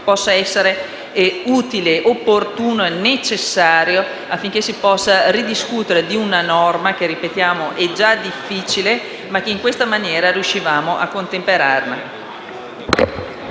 possa essere utile, opportuno e necessario affinché si possa ridiscutere di una norma che - ripetiamo - già di per sé è complessa, ma che in questa maniera riuscivamo a contemperare.